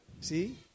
See